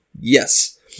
Yes